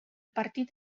partit